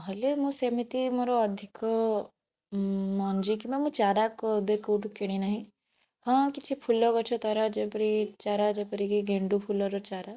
ନହେଲେ ମୁଁ ସେମିତି ମୋର ଅଧିକ ମଞ୍ଜି କିମ୍ବା ମୁଁ ଚାରା କେବେ କେଉଁଠୁ କିଣି ନାହିଁ ହଁ କିଛି ଫୁଲ ଗଛ ଚାରା ଯେପରି ଚାରା ଯେପରିକି ଗେଣ୍ଡୁ ଫୁଲର ଚାରା